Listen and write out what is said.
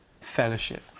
fellowship